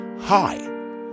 Hi